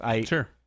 Sure